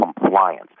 compliance